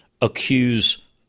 accuse